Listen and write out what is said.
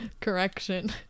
Correction